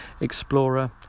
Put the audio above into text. Explorer